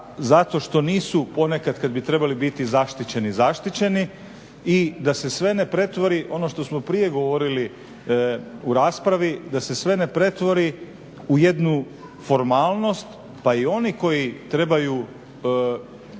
zato što nisu ponekad kad bi trebali biti zaštićeni, zaštićeni i da se sve ne pretvori, ono što smo prije govorili u raspravi, da se sve ne pretvori u jednu formalnost pa i oni koji trebaju